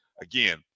again